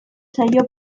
zaio